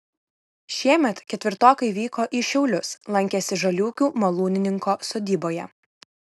šiemet ketvirtokai vyko į šiaulius lankėsi žaliūkių malūnininko sodyboje